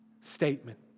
statement